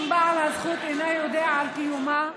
אם בעל הזכות אינו יודע על קיומה,